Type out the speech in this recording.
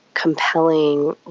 compelling,